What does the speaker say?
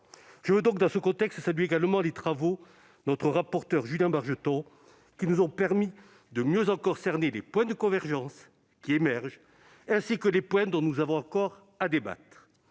attentes. Dans ce contexte, je veux saluer également les travaux de notre rapporteur, Julien Bargeton, qui nous ont permis de mieux cerner encore les points de convergence qui émergent, ainsi que les éléments dont nous avons encore à débattre.